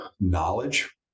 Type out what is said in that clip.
knowledge